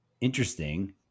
interesting